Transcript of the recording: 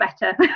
better